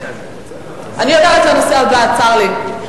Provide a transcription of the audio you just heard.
אני עוברת לנושא הבא, צר לי.